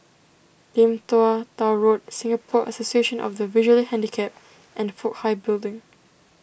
Lim Tua Tow Road Singapore Association of the Visually Handicapped and Fook Hai Building